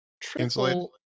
triple